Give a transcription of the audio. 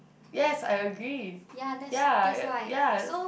yes I agree ya ya